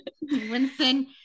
Winston